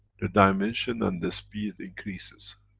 the dimension and the speed increases.